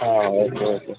हां